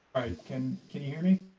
can can you hear me?